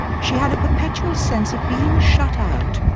she had a perpetual sense of being shut out,